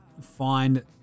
find